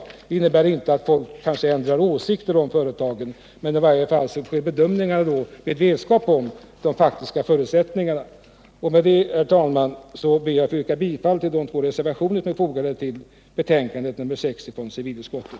Det innebär kanske inte att folk ändrar åsikter om företagen, men i varje fall sker bedömningarna då med vetskap om de faktiska förutsättningarna. Med detta, herr talman, ber jag att få yrka bifall till de två reservationer som är fogade till betänkande nr 6 från civilutskottet.